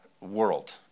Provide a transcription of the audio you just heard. world